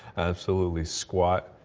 absolutely squat.